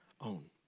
own